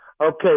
Okay